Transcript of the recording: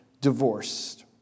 divorced